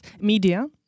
media